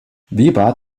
weber